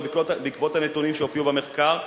ובעקבות הנתונים שהופיעו במחקר,